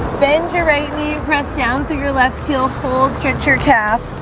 bend your right knee, press down through your left heel hold stretch your calf